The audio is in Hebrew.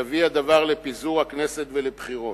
יביא הדבר לפיזור הכנסת ולבחירות.